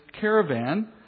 caravan